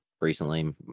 recently